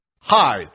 Hi